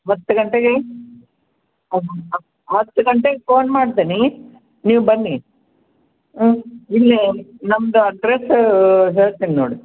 ಹತ್ತು ಗಂಟೆಗೆ ಹತ್ತು ಗಂಟೆಗೆ ಫೋನ್ ಮಾಡ್ತೀನಿ ನೀವು ಬನ್ನಿ ಇಲ್ಲಿ ನಮ್ಮದು ಅಡ್ರಸ್ ಹೇಳ್ತೀನಿ ನೋಡಿ